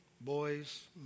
boys